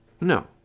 No